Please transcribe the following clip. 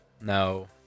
No